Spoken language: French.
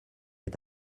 est